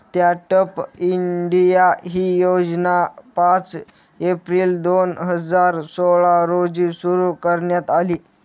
stand up India ही योजना पाच एप्रिल दोन हजार सोळा रोजी सुरु करण्यात आली